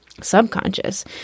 subconscious